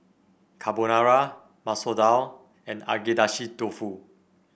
Carbonara Masoor Dal and Agedashi Dofu